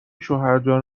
شوهرجان